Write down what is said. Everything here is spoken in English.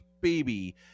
baby